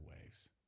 waves